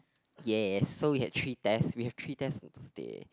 yes so we had three tests we have three tests instead